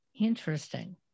Interesting